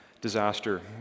disaster